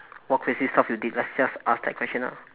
what crazy stuff you did let's just ask that question ah